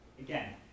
Again